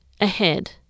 ahead